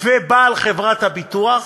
ובעל חברת הביטוח.